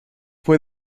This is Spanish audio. fue